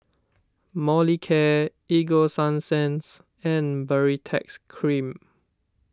Molicare Ego Sunsense and Baritex Cream